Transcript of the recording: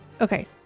okay